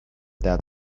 that